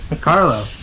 Carlo